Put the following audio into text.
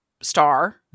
star